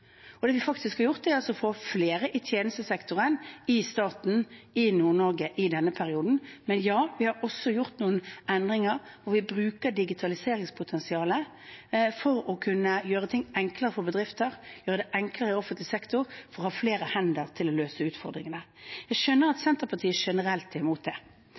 Det vi faktisk har gjort, er å få flere i tjenestesektoren i staten i Nord-Norge i denne perioden. Vi har også gjort noen endringer der vi bruker digitaliseringspotensialet for å kunne gjøre ting enklere for bedrifter, gjøre det enklere i offentlig sektor, for å ha flere hender til å løse utfordringene. Jeg skjønner at Senterpartiet generelt er imot det.